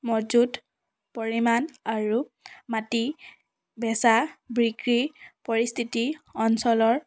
মজুত পৰিমাণ আৰু মাটি বেচা বিক্ৰী পৰিস্থিতি অঞ্চলৰ